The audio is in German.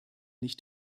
nicht